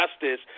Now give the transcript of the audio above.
justice